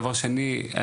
דבר שני,